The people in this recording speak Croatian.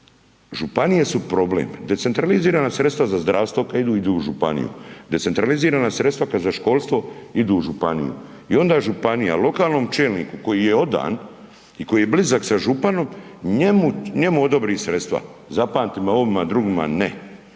županije su problem, decentralizirana sredstva za zdravstvo, kad idu, idu u županiju, decentralizirana sredstva kad za školstvo idu u županiju. I onda županija lokalnom čelniku koji je odan i koji je blizak sa županom, njemu odobri sredstva. Zapamtimo, ovima drugima ne.